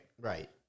Right